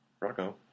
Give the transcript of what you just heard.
Rocco